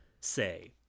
say